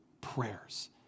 prayers